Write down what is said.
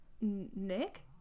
Nick